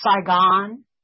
Saigon